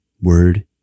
word